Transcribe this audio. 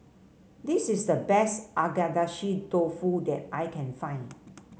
this is the best Agedashi Dofu that I can find